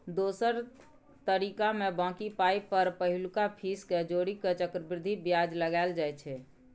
दोसर तरीकामे बॉकी पाइ पर पहिलुका फीस केँ जोड़ि केँ चक्रबृद्धि बियाज लगाएल जाइ छै